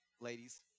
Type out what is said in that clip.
ladies